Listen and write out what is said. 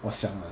我想啦